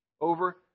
over